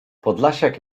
podlasiak